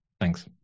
Thanks